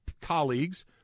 colleagues